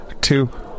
two